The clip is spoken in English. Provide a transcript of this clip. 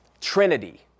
Trinity